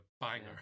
banger